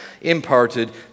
imparted